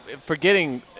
forgetting